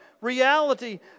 reality